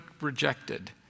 rejected